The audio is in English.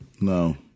No